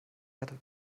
erde